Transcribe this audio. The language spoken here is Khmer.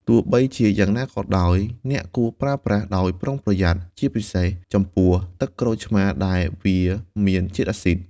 ទោះបីជាយ៉ាងណាក៏ដោយ អ្នកគួរប្រើប្រាស់ដោយប្រុងប្រយ័ត្ន ជាពិសេសចំពោះទឹកក្រូចឆ្មារដែលវាមានជាតិអាស៊ីដ។